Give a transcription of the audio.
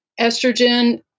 estrogen